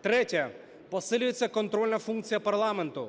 Третє. Посилюється контрольна функція парламенту.